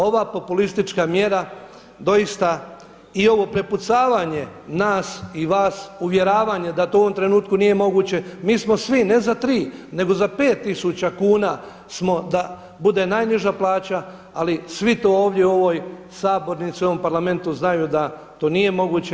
Ova populistička mjera doista i ovo prepucavanje nas i vas uvjeravanje da to u ovom trenutku nije moguće, mi smo svi ne za tri nego za pet tisuća kuna smo da bude najniža plaća, ali svi to ovdje u ovoj sabornici u ovom Parlamentu znaju da to nije moguće.